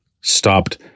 stopped